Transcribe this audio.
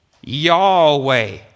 Yahweh